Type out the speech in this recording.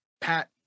pat